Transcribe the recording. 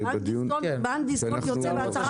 בנק דיסקונט יוצא בהצהרה,